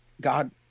God